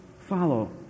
follow